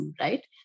right